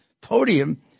podium